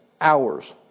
hours